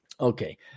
Okay